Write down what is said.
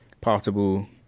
possible